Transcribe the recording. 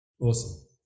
awesome